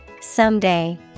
Someday